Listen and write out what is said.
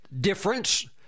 difference